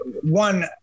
one